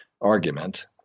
argument